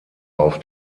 auf